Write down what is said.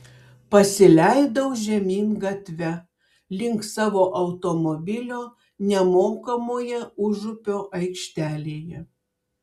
pasileidau žemyn gatve link savo automobilio nemokamoje užupio aikštelėje